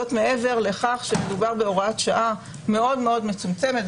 זאת מעבר לכך שמדובר בהוראת שעה מאוד-מאוד מצומצמת.